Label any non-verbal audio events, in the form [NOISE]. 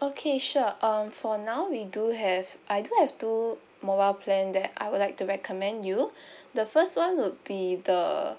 okay sure um for now we do have I do have two mobile plan that I would like to recommend you [BREATH] the first one would be the